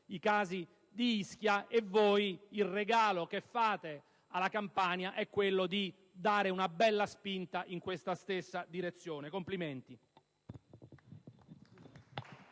e di Ischia. Voi il regalo che fate alla Campania è quello di dare una bella spinta in questa stessa direzione. Complimenti.